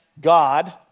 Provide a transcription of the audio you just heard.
God